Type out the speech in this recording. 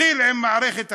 התחיל עם מערכת החקיקה,